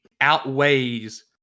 outweighs